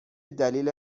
دلیل